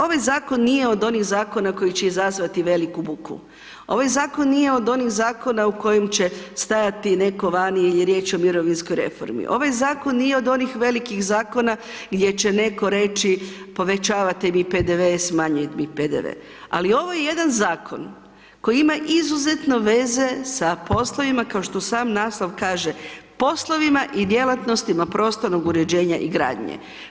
Ovaj zakon nije od onih zakona koji će izazvati veliku buku, ovaj zakon nije od onih zakona u kojim će stajati neko vani jer je riječ o mirovinskoj reformi, ovaj zakon nije od onih velikih zakona gdje će neko reći povećavate mi PDV smanjite mi PDV, ali ovo je jedan zakon koji ima izuzetno veze sa poslovima kao što sam naslova kaže poslovima i djelatnostima prostornog uređenja i gradnje.